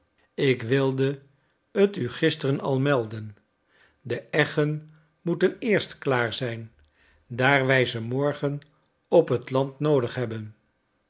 ik wilde het u gisteren al melden de eggen moeten eerst klaar zijn daar wij ze morgen op het land noodig hebben